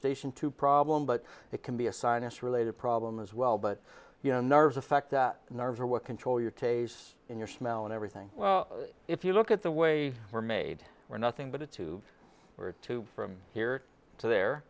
station two problem but it can be a sinus related problem as well but you know nerves affect that nerves are what control your taste in your smell and everything well if you look at the way they were made were nothing but a tube or two from here to there